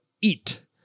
eat